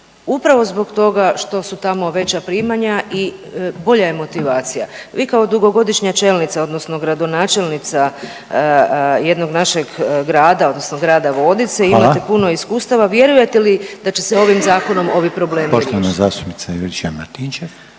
upravo zbog toga što su tamo veća primanja i bolja je motivacija. Vi kao dugogodišnja čelnica odnosno gradonačelnica jednog našeg grada odnosno grada Vodica …/Upadica Reiner: Hvala/…imate puno iskustava, vjerujete li da će se ovim zakonom ovi problemi